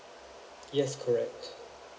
yes correct